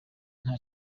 nta